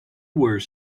were